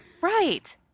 right